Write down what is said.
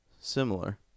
similar